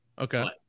Okay